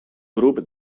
grup